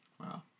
Wow